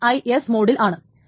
T1 SIS മോഡിൽ ആണ്